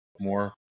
more